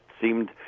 seemed